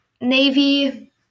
Navy